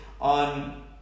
on